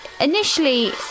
initially